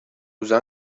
usa